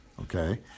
okay